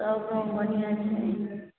सब काम बढ़िआँ छै